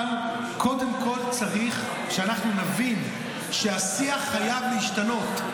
אבל קודם כול צריך שאנחנו נבין שהשיח חייב להשתנות.